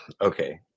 okay